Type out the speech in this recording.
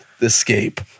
escape